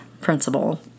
principle